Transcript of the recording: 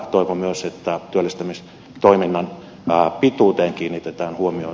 toivon myös että työllistämistoiminnan pituuteen kiinnitetään huomiota